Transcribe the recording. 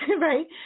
right